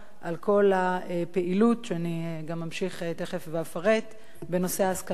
על כל הפעילות שאני גם אמשיך תיכף ואפרט בנושא ההשכלה הגבוהה.